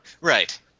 Right